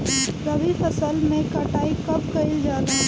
रबी फसल मे कटाई कब कइल जाला?